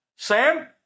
Sam